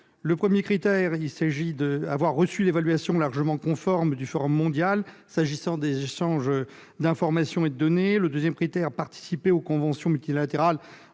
du premier critère, il faut avoir reçu l'évaluation largement conforme du Forum mondial, pour ce qui concerne les échanges d'informations et de données. Le deuxième critère est la participation aux conventions multilatérales